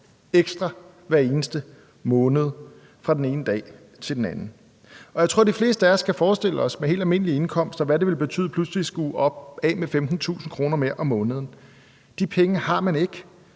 ekstra hver eneste måned fra den ene dag til den anden. Jeg tror, at de fleste af os med helt almindelige indkomster kan forestille os, hvad det ville betyde pludselig at skulle af med 15.000 kr. mere om måneden. De penge har de ikke,